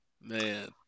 Man